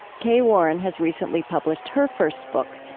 kay warren has recently published her first book,